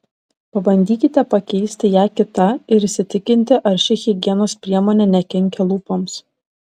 pabandykite pakeisti ją kita ir įsitikinti ar ši higienos priemonė nekenkia lūpoms